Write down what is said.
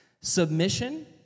Submission